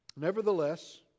Nevertheless